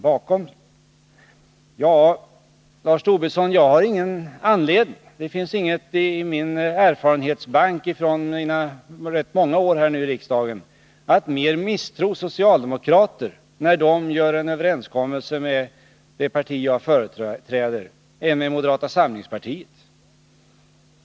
Ja, Lars Tobisson, det finns inget i min erfarenhetsbank från mina nu rätt många år här i riksdagen som säger att jag behöver misstro socialdemokrater mer än moderater när det görs en överenskommelse.